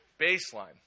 Baseline